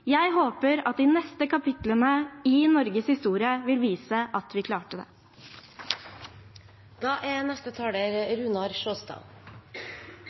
Jeg håper at de neste kapitlene i Norges historie vil vise at vi klarte det. Klimakrisen er